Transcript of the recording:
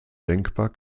denkbar